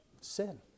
Sin